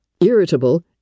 irritable